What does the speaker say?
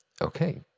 Okay